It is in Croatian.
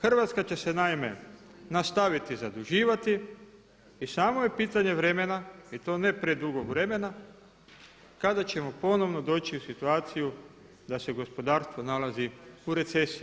Hrvatska će se naime nastaviti zaduživati i samo je pitanje vremena i to ne predugog vremena kada ćemo ponovno doći u situaciju da se gospodarstvo nalazi u recesiji.